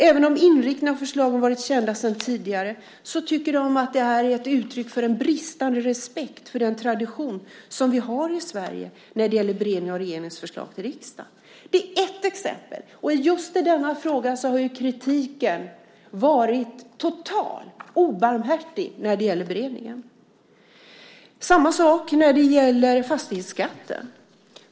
Även om inriktningen av förslagen har varit kända sedan tidigare tycker man att det är ett uttryck för en bristande respekt för den tradition som vi har i Sverige när det gäller beredningen av regeringens förslag till riksdagen. Det är ett exempel. Just i denna fråga har ju kritiken varit total och obarmhärtig när det gäller beredningen. Samma sak gäller för fastighetsskatten.